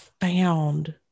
found